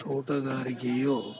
ತೋಟಗಾರಿಕೆಯು